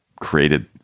created